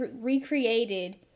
recreated